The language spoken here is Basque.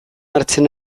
hartzen